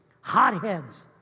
hotheads